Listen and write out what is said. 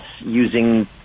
using